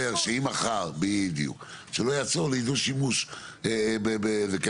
בדיוק, שלא יעצור לי דו-שימוש בזה.